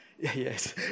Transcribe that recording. Yes